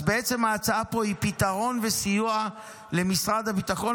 אז בעצם ההצעה פה היא פתרון וסיוע למשרד הביטחון.